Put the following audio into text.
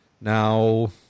Now